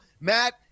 Matt